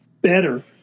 Better